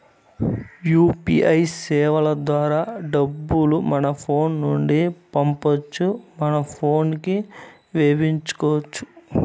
UPI సేవల ద్వారా డబ్బులు మన ఫోను నుండి పంపొచ్చు మన పోనుకి వేపించుకొచ్చు